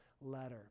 letter